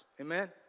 amen